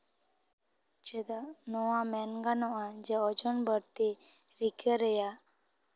ᱪᱮᱫᱟᱜ ᱱᱚᱣᱟ ᱢᱮᱱ ᱜᱟᱱᱚᱜᱼᱟ ᱡᱮ ᱚᱡᱚᱱ ᱵᱟᱹᱲᱛᱤ ᱨᱤᱠᱟᱹ ᱨᱮᱭᱟᱜ